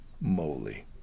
moly